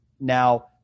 Now